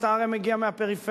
הרי אתה מגיע מהפריפריה,